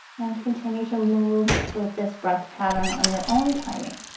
and to continue to move with this breath pattern on your own timing